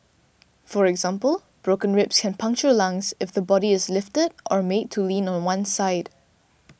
for example broken ribs can puncture lungs if the body is lifted or made to lean on one side